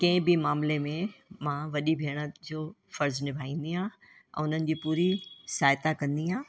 कंहिं बि मामिले में मां वॾी भेण जो फर्ज़ निभाईंदी आहियां ऐं उन्हनि जी पूरी सहायाता कंदी आहियां